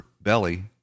belly